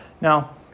now